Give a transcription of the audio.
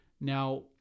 Now